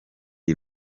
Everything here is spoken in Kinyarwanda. iyi